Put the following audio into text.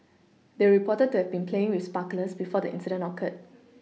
they were reported to have been playing with sparklers before the incident occurred